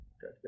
good